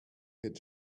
could